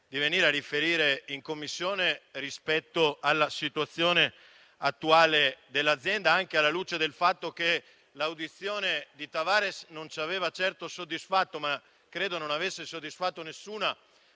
di venire a riferire in Commissione sulla situazione attuale dell'azienda, anche alla luce del fatto che l'audizione di Tavares non ci aveva certo soddisfatto e credo che non avesse soddisfatto nessuna